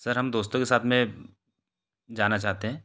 sir हम दोस्तों के साथ में जाना चाहते हैं